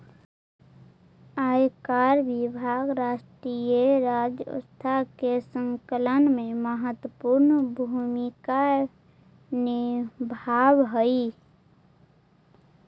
आयकर विभाग राष्ट्रीय राजस्व के संकलन में महत्वपूर्ण भूमिका निभावऽ हई